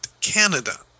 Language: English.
Canada